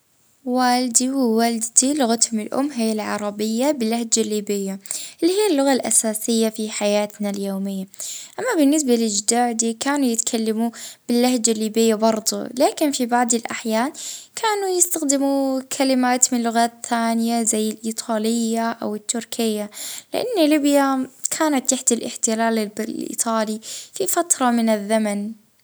اه اللغة الأم متاع بوي وأمي وأجدادي هي اللغة العربية، اه لكن بلهجات محلية مختلفة زي المدن والقرى.